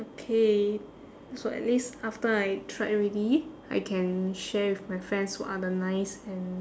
okay so at least after I tried already I can share with my friends what are the nice and